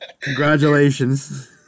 Congratulations